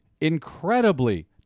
incredibly